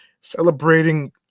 celebrating